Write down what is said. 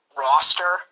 roster